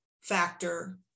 factor